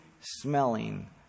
smelling